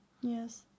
Yes